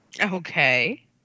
Okay